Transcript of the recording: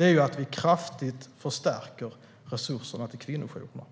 är att vi kraftigt förstärker resurserna till kvinnojourerna.